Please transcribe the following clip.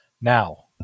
Now